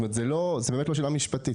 זו באמת לא שאלה משפטית.